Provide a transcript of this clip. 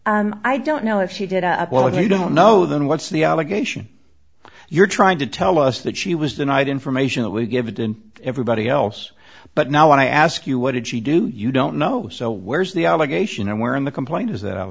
follow i don't know if she did up well you don't know then what's the allegation you're trying to tell us that she was denied information that we give it and everybody else but now when i ask you what did she do you don't know so where's the allegation and where in the complaint is that